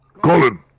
Colin